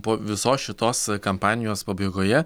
po visos šitos kampanijos pabaigoje